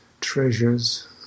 treasures